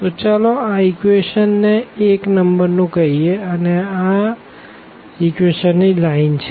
તો ચાલો આ ઇક્વેશન ને 1 નંબર કહીએ કારણ કે આ ઇક્વેશન ની લાઈન છે